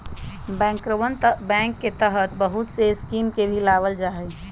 बैंकरवन बैंक के तहत बहुत से स्कीम के भी लावल जाहई